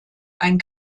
ein